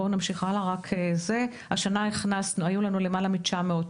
השנה היו לנו למעלה מ-900,